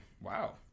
wow